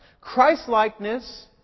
Christ-likeness